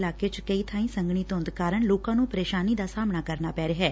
ਇਲਾਕੇ ਚ ਕਈ ਬਾਈ ਸੰਘਣੀ ਧੂੰਦ ਕਾਰਨ ਲੋਕਾਂ ਨੂੰ ਪ੍ਰੇਸ਼ਾਨੀ ਦਾ ਸਾਹਮਣਾ ਕਰਨਾ ਪੈ ਰਿਹੈ